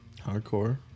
Hardcore